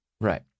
right